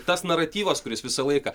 tas naratyvas kuris visą laiką